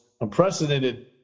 unprecedented